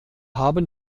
haben